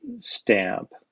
stamp